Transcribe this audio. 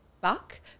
back